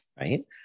Right